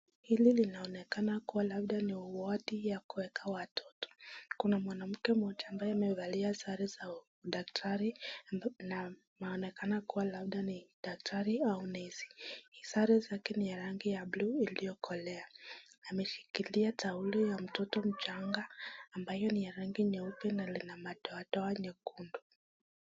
Hili linaonekana kuwa labda ni wodi ya kueka watoto. Kuna mwanamke mmoja ambaye amevalia sare za daktari na anaonekana kuwa labda ni daktari au nasi. Sare zake ni ya rangi ya bluu iliyokolea. Ameshikilia taulo ya mtoto mchanga, ambalo ni la rangi nyeupe na lina madoadoa nyekundu.